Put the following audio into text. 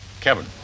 Kevin